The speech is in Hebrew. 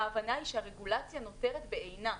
ההבנה היא שהרגולציה נותרת בעינה.